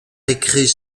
écrit